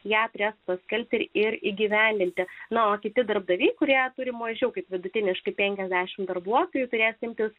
ją prie paskelbti ir įgyvendinti na o kiti darbdaviai kurie turi mažiau kaip vidutiniškai penkiasdešim darbuotojų turėsiantis